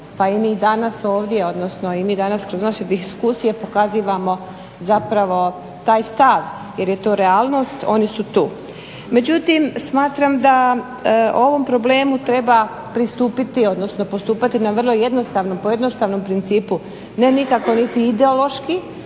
Pa i mi danas ovdje, odnosno i mi danas kroz naše diskusije pokazujemo zapravo taj stav jer je to realnost, oni su tu. Međutim, smatram da ovom problemu treba pristupiti, odnosno postupati na vrlo jednostavnom, po jednostavnom principu, ne nikako niti ideološki,